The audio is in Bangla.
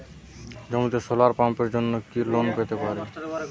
জমিতে সোলার পাম্পের জন্য কি লোন পেতে পারি?